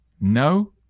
no